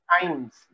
times